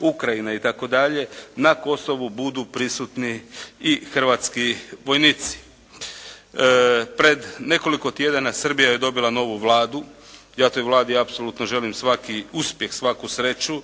Ukrajina i tako dalje na Kosovu budu prisutni i hrvatski vojnici. Pred nekoliko tjedana Srbija je dobila novu Vladu. Ja toj Vladi apsolutno želim svaki uspjeh, svaku sreću.